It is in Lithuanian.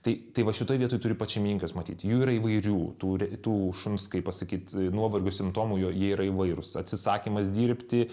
tai tai va šitoj vietoj turi pats šeimininkas matyt jų yra įvairių tų re tų šuns kaip pasakyt nuovargio simptomų jo jie yra įvairūs atsisakymas dirbti